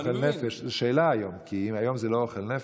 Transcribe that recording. וזאת שאלה היום, כי אם היום זה לא "אוכל נפש",